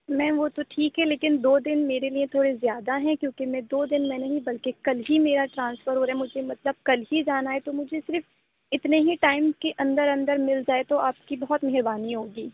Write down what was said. میم وہ تو ٹھیک ہے لیکن دو دن میرے لیے تھوڑے زیادہ ہیں کیونکہ میں دو دن میں نہیں بلکہ کل ہی میرا ٹرانسفر ہو رہا ہے مجھے مطلب کل ہی جانا ہے تو مجھے صرف اتنے ہی ٹائم کے اندر اندر مل جائے تو آپ کی بہت مہربانی ہوگی